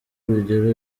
urugero